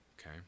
okay